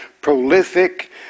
prolific